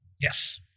Yes